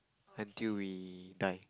until we die